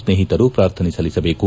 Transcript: ಸ್ನೇಟಿತರು ಪ್ರಾರ್ಥನೆ ಸಲ್ಲಿಸಬೇಕು